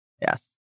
Yes